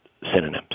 synonyms